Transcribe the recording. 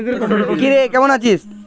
UPI এর জন্য কি কোনো টাকা লাগে?